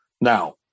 Now